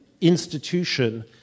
institution